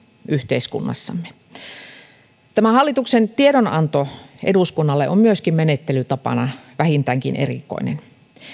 yhteiskunnassamme tämä hallituksen tiedonanto eduskunnalle on myöskin menettelytapana vähintäänkin erikoinen